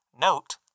Note